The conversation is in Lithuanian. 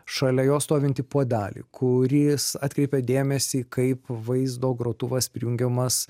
šalia jo stovintį puodelį kuris atkreipia dėmesį kaip vaizdo grotuvas prijungiamas